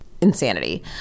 insanity